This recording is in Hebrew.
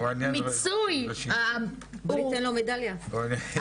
בואו ניתן לו מדליה.